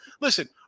Listen